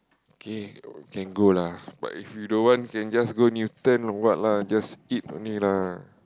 okay we can go lah but if you don't want then just go Newton or what lah just eat only lah